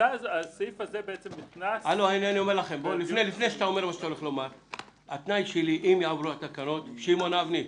שמעון אבני,